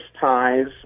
ties